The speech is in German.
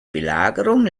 belagerung